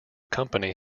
company